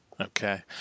Okay